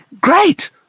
Great